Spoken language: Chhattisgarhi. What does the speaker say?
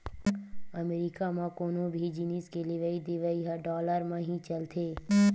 अमरीका म कोनो भी जिनिस के लेवइ देवइ ह डॉलर म ही चलथे